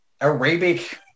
arabic